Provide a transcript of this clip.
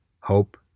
hope